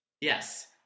Yes